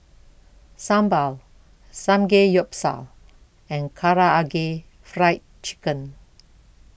Sambar Samgeyopsal and Karaage Fried Chicken